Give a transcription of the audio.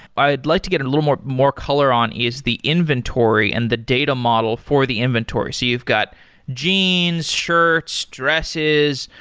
i'd like to get a little more more color on is the inventory and the data model for the inventory. so you've got jeans, shirts, dresses,